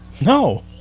No